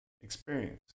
experience